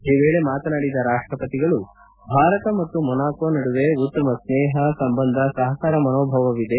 ಈ ವೇಳೆ ಮಾತನಾಡಿದ ರಾಷ್ಷಪತಿಗಳು ಭಾರತ ಮತ್ತು ಮೊನಾಕೋ ನಡುವೆ ಉತ್ತಮ ಸ್ನೇಹ ಸಂಬಂಧ ಸಹಕಾರ ಮನೋಭಾವವಿದೆ